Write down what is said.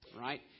right